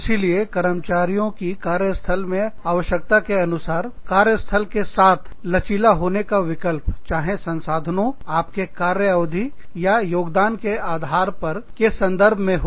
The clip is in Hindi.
इसीलिए कर्मचारियों की कार्य स्थल में आवश्यकता के अनुसार कार्य स्थल के साथ लचीला होने का विकल्प चाहे संसाधनों आपके कार्य अवधि या योगदान के आधार पर के संदर्भ में हो